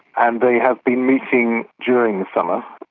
and they have been meeting during the summer.